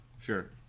sure